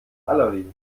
valerie